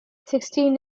sixteen